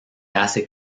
hace